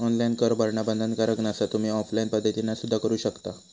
online कर भरणा बंधनकारक नसा, तुम्ही ऑफलाइन पद्धतीना सुद्धा करू शकता